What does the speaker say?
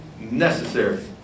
necessary